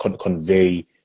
convey